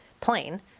plane